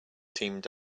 teamed